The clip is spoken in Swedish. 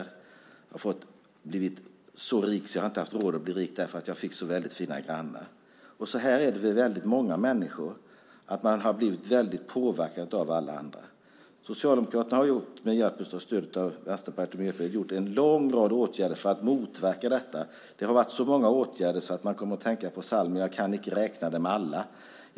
Jag har blivit så rik att jag inte har haft råd att bli rikare därför att jag har fått så fina grannar. Så är det för många människor. Socialdemokraterna har med stöd av Vänsterpartiet och Miljöpartiet vidtagit en lång rad åtgärder för att motverka detta. Det har varit så många åtgärder att det inte går att räkna dem alla.